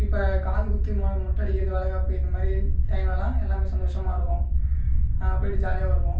இப்போ காதுகுத்து மொட்டை அடிக்கிறது வளைகாப்பு இந்தமாதிரி டயம்லலாம் எல்லாமே சந்தோஷமாக இருக்கும் நாங்கள் போயிட்டு ஜாலியாக வருவோம்